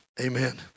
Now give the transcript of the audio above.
Amen